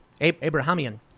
Abrahamian